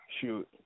Shoot